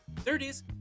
30s